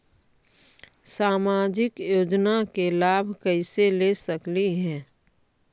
सामाजिक योजना के लाभ कैसे ले सकली हे?